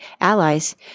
allies